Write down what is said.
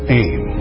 aim